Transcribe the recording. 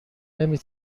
نمی